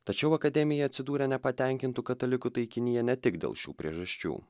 tačiau akademija atsidūrė nepatenkintų katalikų taikinyje ne tik dėl šių priežasčių